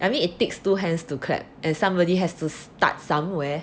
I mean it takes two hands to clap and somebody has to start somewhere